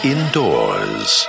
Indoors